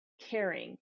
caring